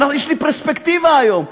ויש לי פרספקטיבה היום.